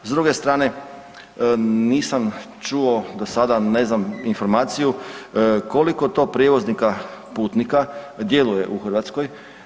S druge strane nisam čuo do sada ne znam informaciju koliko to prijevoznika putnika djeluje u Hrvatskoj.